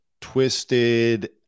twisted